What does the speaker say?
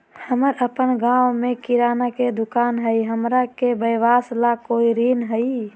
हमर अपन गांव में किराना के दुकान हई, हमरा के व्यवसाय ला कोई ऋण हई?